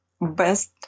best